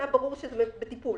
היה ברור שזה בטיפול,